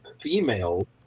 female